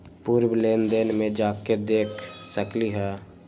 पूर्व लेन देन में जाके देखसकली ह?